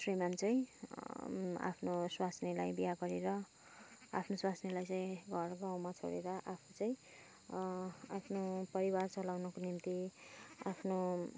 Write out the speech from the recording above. श्रीमान चाहिँ आफ्नो स्वास्नीलाई बिहा गरेर आफ्नो स्वास्नीलाई चाहिँ घर गाउँमा छोडेर आफू चाहिँ आाफ्नो परिवार चलाउनुको निम्ति आफ्नो